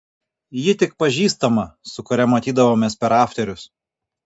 ji tik pažįstama su kuria matydavomės per afterius